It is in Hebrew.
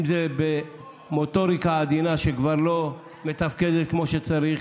אם זה במוטוריקה עדינה, שכבר לא מתפקדת כמו שצריך,